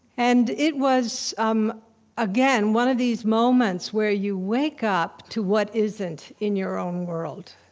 and it was, um again, one of these moments where you wake up to what isn't in your own world.